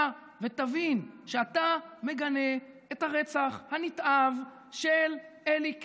ותבין שאתה מגנה את הרצח הנתעב של אלי קיי,